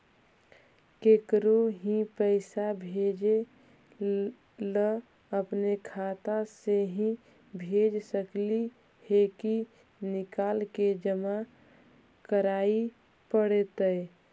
केकरो ही पैसा भेजे ल अपने खाता से ही भेज सकली हे की निकाल के जमा कराए पड़तइ?